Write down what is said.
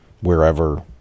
wherever